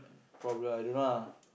probably I don't know lah